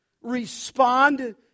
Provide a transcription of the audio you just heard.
respond